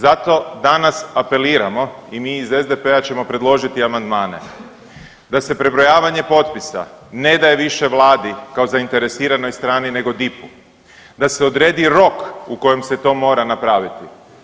Zato danas apeliramo i mi iz SDP-a ćemo predložiti amandmane da se prebrojavanje potpisa ne daje više Vladi kao zainteresiranoj strani nego DIP-u, da se odredi rok u kojem se to mora napraviti.